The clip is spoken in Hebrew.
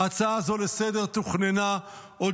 ההצעה הזו לסדר-יום תוכננה עוד